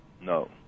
No